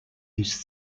his